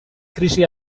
krisi